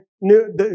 new